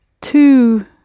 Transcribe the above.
two